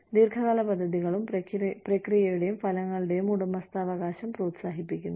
ദീർഘകാല പദ്ധതികളും പ്രക്രിയയുടെയും ഫലങ്ങളുടെയും ഉടമസ്ഥാവകാശം പ്രോത്സാഹിപ്പിക്കുന്നു